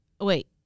wait